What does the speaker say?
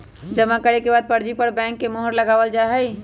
जमा करे के बाद पर्ची पर बैंक के मुहर लगावल जा हई